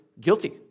guilty